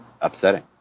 upsetting